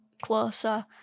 closer